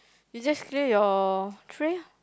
you just clear your tray